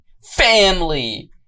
Family